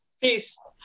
Peace